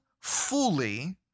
fully